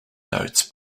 notes